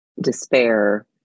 despair